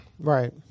Right